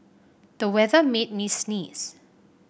the weather made me sneeze